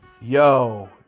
yo